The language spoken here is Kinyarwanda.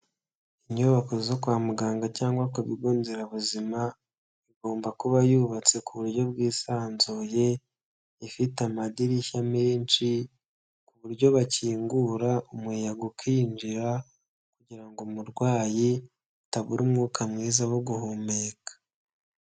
Inyubako zo kwa muganga cyangwa ku bigo nderabuzima; igomba kuba yubatse ku buryo bwisanzuye, ifite amadirishya menshi, ku buryo bakingura umuyaga ukinjira, kugirango umurwayi atabura umwuka mwiza wo guhumeka.